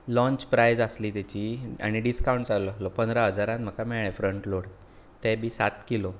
launch price आसली तेची आनी डिस्कांवट चालु आसलो पंदरा हजारान म्हाका मेळ्ळे फ्रंट लोड ते बी सात किलो